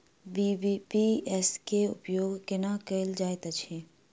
BBPS केँ उपयोग केना कएल जाइत अछि?